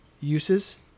uses